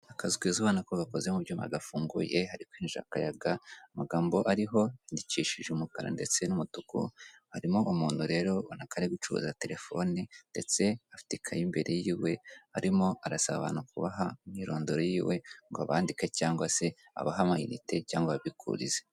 Akazu keza ubona ko gakoze mu byuma gafunguye, hari kwinjira akayaga, amagambo ariho yandikishije umukara ndetse n'umutuku, harimo umuntu rero ubona ko ari gucuruza terefone ndetse afite ikayi imbere y'iwe, arimo arasaba abantu kubaha imyirondoro y'iwe ngo abandike cyangwa se abahe amayinite cyangwa ababikurize.